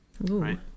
right